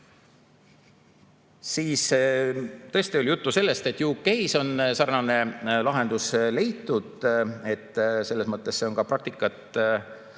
Siis tõesti oli juttu sellest, et UK‑s on sarnane lahendus leitud ja selles mõttes on see ka praktikas